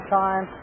time